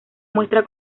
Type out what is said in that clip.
muestra